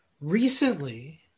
recently